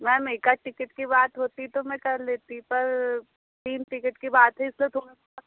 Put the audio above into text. ma'am एकाध ticket की बात होती तो मैं कर लेती पर तीन टिकेट की बात है इसलिए थोड़ा सा